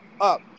up